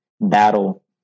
battle